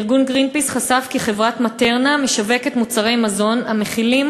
ארגון "גרינפיס" חשף כי חברת "מטרנה" משווקת מוצרי מזון המכילים